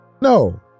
No